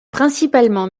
principalement